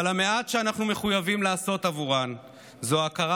אבל המעט שאנחנו מחויבים לעשות עבורן הוא הכרה